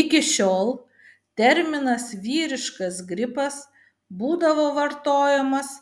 iki šiol terminas vyriškas gripas būdavo vartojamas